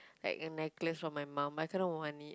like a necklace from my mum I kinda want it